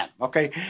okay